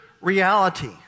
reality